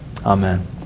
Amen